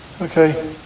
Okay